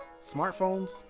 smartphones